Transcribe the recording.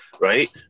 right